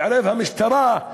תתערב המשטרה,